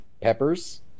peppers